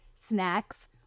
snacks